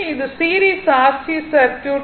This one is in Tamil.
இது சீரிஸ் ஆர் சி சர்க்யூட்